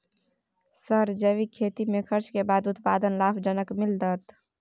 Sir जैविक खेती में खर्च के बाद उत्पादन लाभ जनक मिलत?